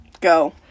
Go